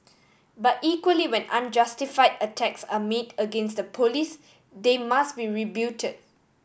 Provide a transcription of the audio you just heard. but equally when unjustified attacks are made against the Police they must be rebutted